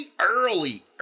early